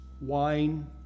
wine